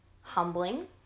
humbling